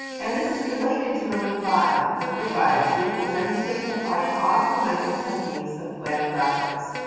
and this is related to number five number five student will demonstrate and apply optimizing techniques of web graphics.